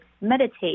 meditate